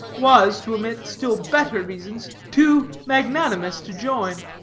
was, to omit still better reasons, too magnanimous to join.